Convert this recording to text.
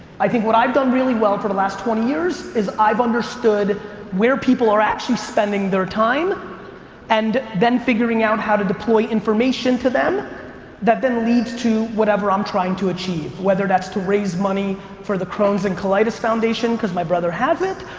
i think what i've done really well for the last twenty years is i've understood where people are actually spending their time and then figuring out how to deploy information to them that then leads to whatever i'm trying to achieve, whether that's to raise money for the crohn's and colitis foundation, cause my brother has it,